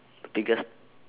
biggest